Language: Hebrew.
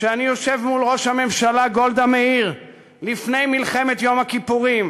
שאני יושב מול ראש הממשלה גולדה מאיר לפני מלחמת יום הכיפורים,